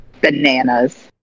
Bananas